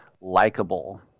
likable